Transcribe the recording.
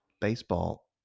baseball